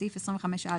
בסעיף 25א